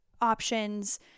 options